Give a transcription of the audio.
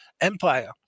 empire